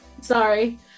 sorry